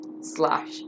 Slash